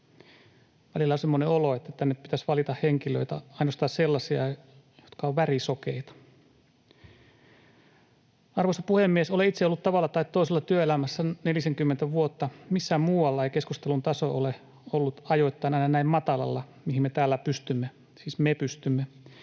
Välillä on semmoinen olo, että tänne pitäisi valita ainoastaan sellaisia henkilöitä, jotka ovat värisokeita. Arvoisa puhemies! Olen itse ollut tavalla tai toisella työelämässä nelisenkymmentä vuotta. Missään muualla ei keskustelun taso ole ollut ajoittain aina näin matalalla, mihin me täällä pystymme — siis me pystymme